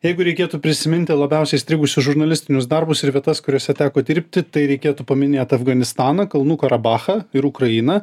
jeigu reikėtų prisiminti labiausiai įstrigusius žurnalistinius darbus ir vietas kuriose teko dirbti tai reikėtų paminėt afganistaną kalnų karabachą ir ukrainą